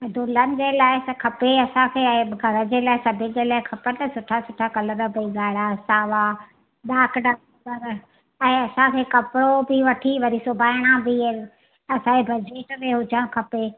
दुल्हन जे लाइ त खपे असांखे ऐं घर जे लाइ सभिनी जे लाइ खपनि सुठा सुठा कलर भई ॻाढ़ा सावा डार्क डार्क कलर ऐं असांखे कपिड़ो बि वठी वरी सिॿाइणा बि आहिनि असांजे बजट में हुजणु खपे